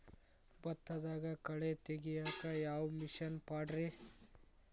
ಭತ್ತದಾಗ ಕಳೆ ತೆಗಿಯಾಕ ಯಾವ ಮಿಷನ್ ಪಾಡ್ರೇ?